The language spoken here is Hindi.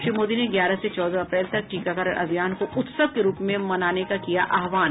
श्री मोदी ने ग्यारह से चौदह अप्रैल तक टीकाकरण अभियान को उत्सव के रूप में मनाने का किया आहवान